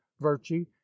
virtue